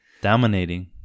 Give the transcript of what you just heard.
dominating